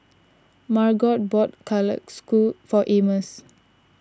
Margot bought for Amos